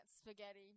spaghetti